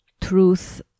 truth